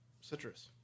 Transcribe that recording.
citrus